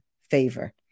favor